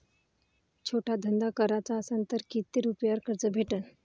छोटा धंदा कराचा असन तर किती रुप्यावर कर्ज भेटन?